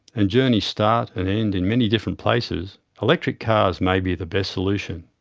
and journeys start and end in many different places, electric cars may be the best solution.